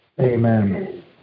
Amen